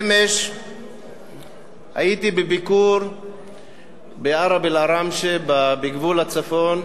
אמש הייתי בביקור בערב-אל-עראמשה, בגבול הצפון,